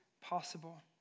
possible